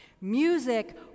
music